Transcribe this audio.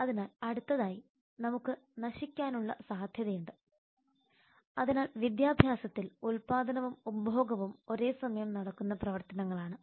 അതിനാൽ അടുത്തതായി നമുക്ക് നശിക്കാനുള്ള സാധ്യതയുണ്ട് അതിനാൽ വിദ്യാഭ്യാസത്തിൽ ഉല്പാദനവും ഉപഭോഗവും ഒരേസമയം നടക്കുന്ന പ്രവർത്തനങ്ങളാണ്